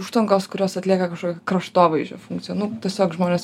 užtvankos kurios atlieka kažkokią kraštovaizdžio funkciją nu tiesiog žmonės